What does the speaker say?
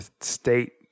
state